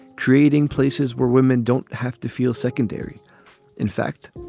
trading places where women don't have to feel secondary in fact,